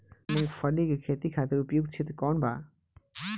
मूँगफली के खेती खातिर उपयुक्त क्षेत्र कौन वा?